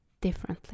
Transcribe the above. differently